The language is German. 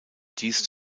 dies